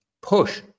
push